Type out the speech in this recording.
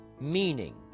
meaning